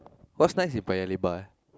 what's nice with Paya-Lebar ah